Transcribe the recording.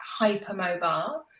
hypermobile